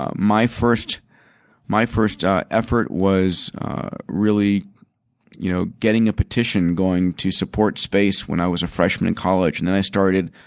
ah my first my first effort was really you know getting a petition going to support space when i was a freshman in college and then i started